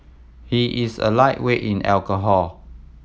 he is a lightweight in alcohol